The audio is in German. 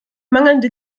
mangelnde